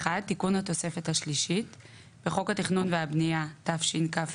2. הצעת חוק התכנון והבנייה (תיקון